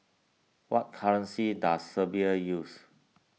what currency does Serbia use